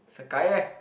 it's a kayak